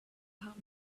how